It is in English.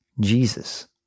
Jesus